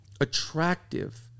attractive